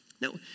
No